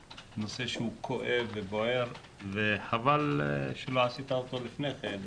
זה נושא שהוא כואב ובוער וחבל שלא עשית אותו לפני כן.